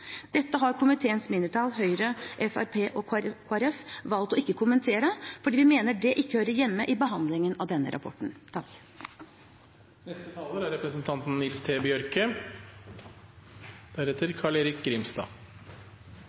Dette har komiteens mindretall, Høyre, Fremskrittspartiet og Kristelig Folkeparti, valgt å ikke kommentere fordi vi mener det ikke hører hjemme i behandlingen av denne rapporten.